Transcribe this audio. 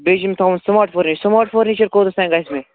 بیٚیہِ چھِ یِم تھاوُن سُماٹ فرنیٖچَر سُماٹ فرنیٖچَر کوٗتاہ تانۍ گژھِ مےٚ